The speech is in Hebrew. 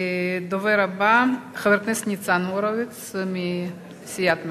הדובר הבא, חבר הכנסת ניצן הורוביץ מסיעת מרצ.